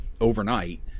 overnight